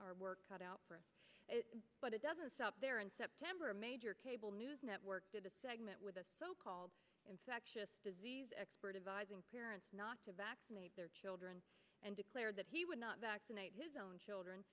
our work cut out for us but it doesn't stop there in september a major cable news network did a segment with a so called infectious disease expert advising parents not to vaccinate their children and declared that he would not vaccinate his own children